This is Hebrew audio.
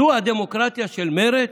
זו הדמוקרטיה של מרצ?